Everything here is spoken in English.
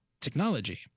technology